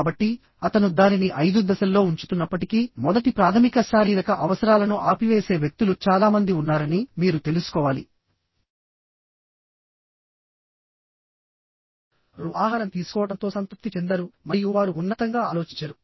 కాబట్టి అతను దానిని 5 దశల్లో ఉంచుతున్నప్పటికీ మొదటి ప్రాథమిక శారీరక అవసరాలను ఆపివేసే వ్యక్తులు చాలా మంది ఉన్నారని మీరు తెలుసుకోవాలి వారు రు ఆహారం తీసుకోవడంతో సంతృప్తి చెందారు మరియు వారు ఉన్నతంగా ఆలోచించరు